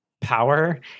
power